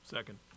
Second